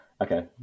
okay